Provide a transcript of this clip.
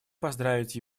поздравить